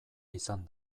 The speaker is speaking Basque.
izan